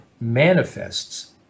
manifests